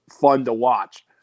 fun-to-watch